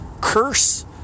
curse